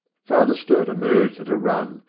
father sturt emerged at a run,